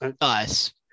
Nice